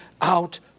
out